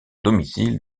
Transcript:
domicile